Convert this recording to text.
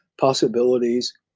possibilities